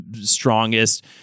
strongest